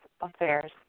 affairs